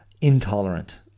intolerant